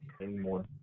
anymore